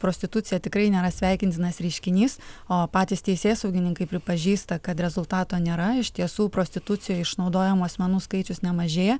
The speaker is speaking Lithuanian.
prostitucija tikrai nėra sveikintinas reiškinys o patys teisėsaugininkai pripažįsta kad rezultato nėra iš tiesų prostitucijoje išnaudojamų asmenų skaičius nemažėja